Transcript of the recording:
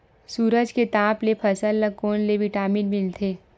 सूरज के ताप ले फसल ल कोन ले विटामिन मिल थे?